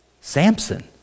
Samson